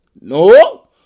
No